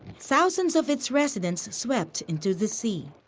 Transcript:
thousands of its residents swept into the sea.